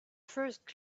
first